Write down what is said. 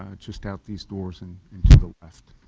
ah just out these doors and and to the left.